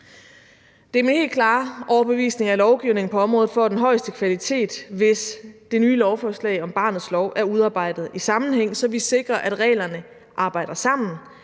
Det er min helt klare overbevisning, at lovgivningen på området får den højeste kvalitet, hvis det nye lovforslag om barnets lov er udarbejdet i sammenhæng, så vi sikrer, at reglerne arbejder sammen